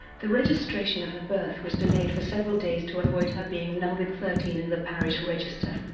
the registration of her birth was delayed for several days to avoid her being numbered thirteen in the parish register.